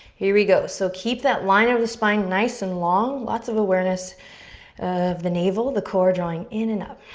here we go. so keep that line of the spine nice and long, lots of awareness of the navel, the core drawing in and up.